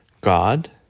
God